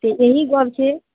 तऽ इएह गप छै